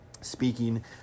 speaking